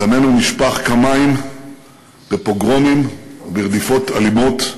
דמנו נשפך כמים בפוגרומים וברדיפות אלימות,